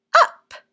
up